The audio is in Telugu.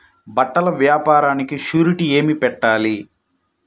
బట్టల వ్యాపారానికి షూరిటీ ఏమి పెట్టాలి?